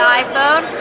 iPhone